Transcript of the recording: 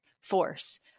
force